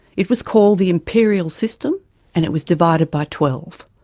it was called the imperial system and it was divided by twelve.